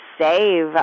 save